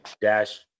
dash